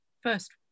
first